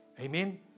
Amen